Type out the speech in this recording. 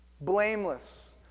blameless